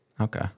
Okay